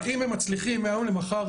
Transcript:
האם הם מצליחים מהיום למחר?